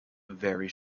very